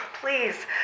please